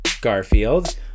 Garfield